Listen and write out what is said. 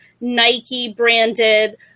Nike-branded